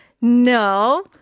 No